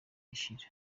ishira